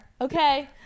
okay